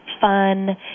fun